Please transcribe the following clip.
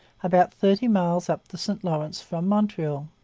about thirty miles up the st lawrence from montreal.